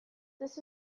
this